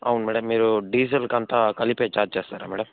అవును మ్యాడమ్ మీరు డీజిల్ కంతా కలిపే ఛార్జ్ చేస్తారా